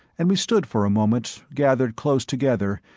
and we stood for a moment, gathered close together,